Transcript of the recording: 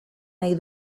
nahi